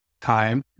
time